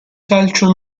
calcio